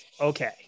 okay